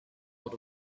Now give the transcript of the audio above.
out